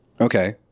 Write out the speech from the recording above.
Okay